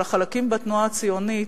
של החלקים בתנועה הציונית,